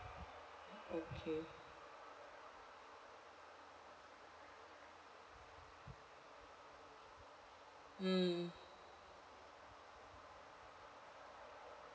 okay mm